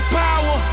power